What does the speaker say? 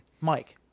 Mike